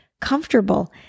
comfortable